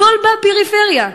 הכול בפריפריה.